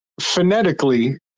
Phonetically